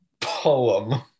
poem